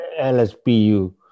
LSPU